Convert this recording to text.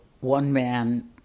one-man